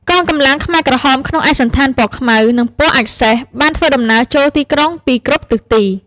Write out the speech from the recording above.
កងកម្លាំងខ្មែរក្រហមក្នុងឯកសណ្ឋានពណ៌ខ្មៅ និងពណ៌អាចម៍សេះ បានធ្វើដំណើរចូលទីក្រុងពីគ្រប់ទិសទី។